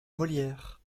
molières